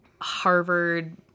Harvard